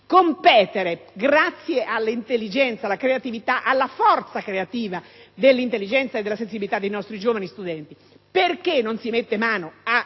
competere grazie all'intelligenza, alla forza creativa dell'intelligenza e della sensibilità dei nostri giovani studenti? Per quale motivo non si mette mano a